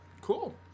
Cool